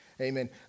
Amen